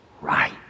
right